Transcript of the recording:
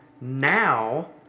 now